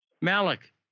Malik